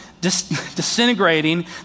disintegrating